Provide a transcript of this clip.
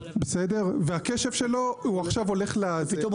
והקשב שלו עכשיו הולך לזה,